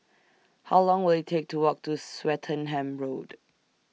How Long Will IT Take to Walk to Swettenham Road